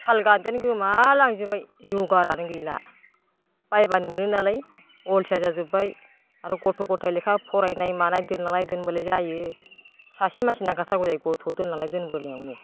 साल गान्दोआनो गोमा लांजोबबाय जगारानो गैला बायबानो मोनो नालाय अलसिया जाजोबबाय आरो गथ' गथाइ लेखा फरायनाय मानाय दोनलांलाय दोनबोलाय जायो सासे मानसि नांखाथारगौ जायो गथ' दोनलांनाय दोनबोनायावनो